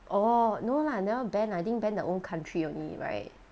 orh no lah never ban I think ban their own country only right